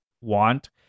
want